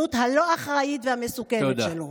המדיניות הלא-אחראית והמסוכנת שלו.